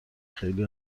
خیلی